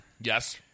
Yes